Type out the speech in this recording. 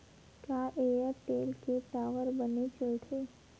का एयरटेल के टावर बने चलथे?